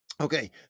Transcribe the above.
Okay